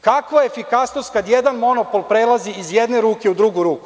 Kakva efikasnost kada jedan monopol prelazi iz jedne ruke u drugu ruku?